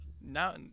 Now